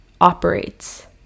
operates